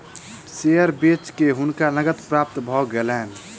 share बेच के हुनका नकद प्राप्त भ गेलैन